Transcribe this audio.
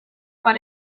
but